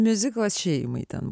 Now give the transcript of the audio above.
miuziklas šeimai ten